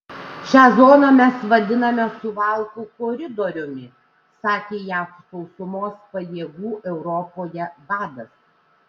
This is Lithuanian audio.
šią zoną mes vadiname suvalkų koridoriumi sakė jav sausumos pajėgų europoje vadas